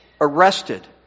Arrested